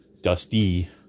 Dusty